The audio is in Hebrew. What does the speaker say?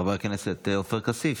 חבר הכנסת עופר כסיף,